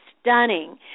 stunning